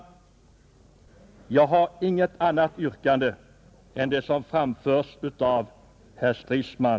Jag har inget annat yrkande än det som framförts av herr Stridsman,